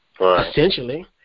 essentially